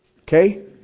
Okay